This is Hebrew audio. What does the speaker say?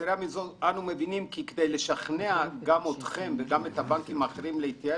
אנחנו מבינים שכדי לשכנע גם אתכם וגם את הבנקים האחרים להתייעל